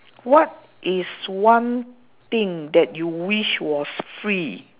what is one thing that you wish was free